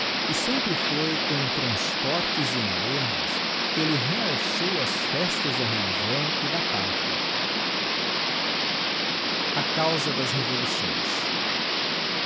e foi sempre com transportes e enlevos que elle realçou as festas da religião e da pátria a causa das revoluções